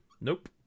Nope